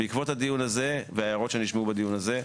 בעקבות הדיון הזה וההערות שנשמעו בדיון הזה,